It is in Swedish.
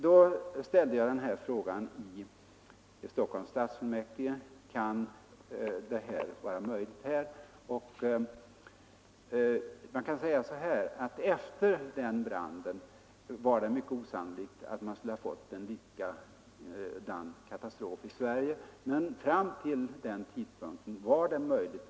Då ställde jag denna fråga i Stockholms stadsfullmäktige: Kan sådant vara möjligt här? Man kan säga att efter den branden var det mycket osannolikt att en liknande katastrof kunde inträffa i Sverige, men fram till den tidpunkten var det möjligt.